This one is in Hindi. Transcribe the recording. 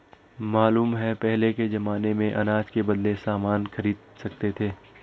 मालूम है पहले के जमाने में अनाज के बदले सामान खरीद सकते थे